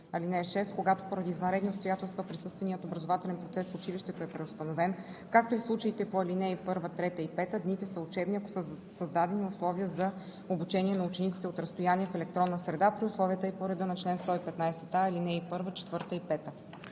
ал. 6: „(6) Когато поради извънредни обстоятелства присъственият образователен процес в училището е преустановен, както и в случаите по ал. 1, 3 и 5, дните са учебни, ако са създадени условия за обучение на учениците от разстояние в електронна среда при условията и по реда на чл. 115а, ал. 1, 4 и 5.“